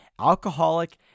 alcoholic